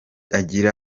ati